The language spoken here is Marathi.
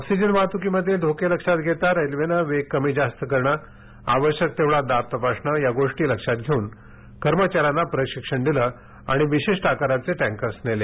ऑक्सीजन वाहतुकीमधले धोके लक्षात घेता रेल्वेनं वेग कमी जास्त करणं आवश्यक तेव्हढा दाब तपासणं या गोष्टी लक्षात घेऊन कर्मचाऱ्यांना प्रशिक्षण दिलं आणि विशिष्ट आकाराचे टँकर्स नेले